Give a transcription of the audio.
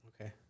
Okay